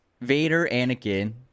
Vader-Anakin